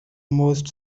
most